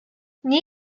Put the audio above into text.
nie